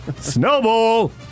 Snowball